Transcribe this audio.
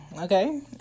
okay